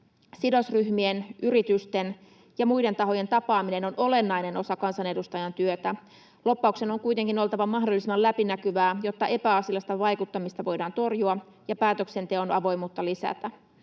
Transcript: Sidosryhmien, yritysten ja muiden tahojen tapaaminen on olennainen osa kansanedustajan työtä. Lobbauksen on kuitenkin oltava mahdollisimman läpinäkyvää, jotta epäasiallista vaikuttamista voidaan torjua ja päätöksenteon avoimuutta lisätä.